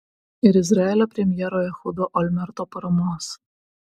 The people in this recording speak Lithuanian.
ir izraelio premjero ehudo olmerto paramos